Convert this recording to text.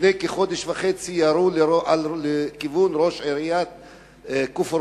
לפני כחודש וחצי ירו לכיוון ראש עיריית כפר-קאסם,